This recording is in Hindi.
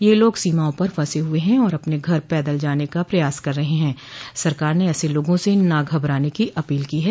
ये लोग सीमाओं पर फंसे हुए हैं और अपने घर पैदल जाने का प्रयास कर रहे हैं सरकार ने ऐसे लोगों से न घबराने की अपील की है